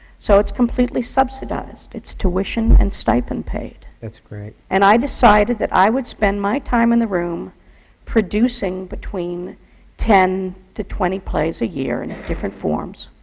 so it's completely subsidized. it's tuition and stipend-paid. that's great. and i decided that i would spend my time in the room producing between ten to twenty plays a year, in different forms.